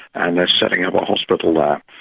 and they're setting up a hospital there.